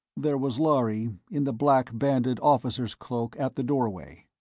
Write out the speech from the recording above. there was lhari, in the black-banded officer's cloak, at the doorway.